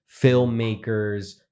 filmmakers